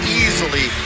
easily